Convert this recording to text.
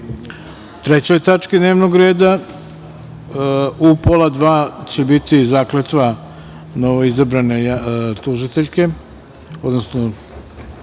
trećoj tački dnevnog reda. U 13.30 časova će biti zakletva novoizabrane tužiteljke, odnosno